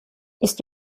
ist